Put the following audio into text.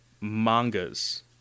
mangas